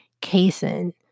casein